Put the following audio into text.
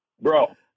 Bro